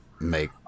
make